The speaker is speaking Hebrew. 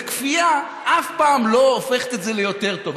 כפייה אף פעם לא הופכת את זה ליותר טוב.